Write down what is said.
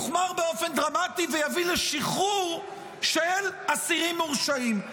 ויביא לשחרור של אסירים מורשעים?